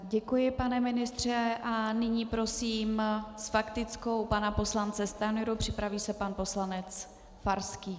Děkuji, pane ministře, a nyní prosím s faktickou pana poslance Stanjuru, připraví se pan poslanec Farský.